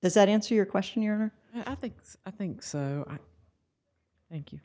does that answer your question or i think i think so thank you